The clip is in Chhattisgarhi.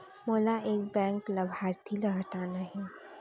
मोला एक बैंक लाभार्थी ल हटाना हे?